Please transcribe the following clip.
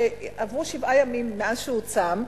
שעברו שבעה ימים שהוא צם,